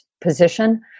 position